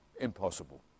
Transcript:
impossible